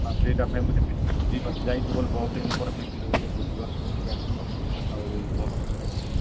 ଆଉ ଦୁଇଟା ଫ୍ୟାମିଲି ମିଶିକି ଭୋଜିଭାତ ଯାଇଛୁ ବୋଲି ବହୁତ ଦିନପରେ ମିଶିଲୁ ବୋଲି ଭୋଜିଭାତ କରିକି ଆସିବା ଆଉ ଭଲରେ